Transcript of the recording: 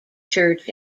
church